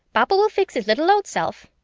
papa will fix his little old self.